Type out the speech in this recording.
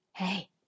Hey